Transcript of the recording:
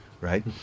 right